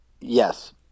Yes